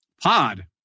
Pod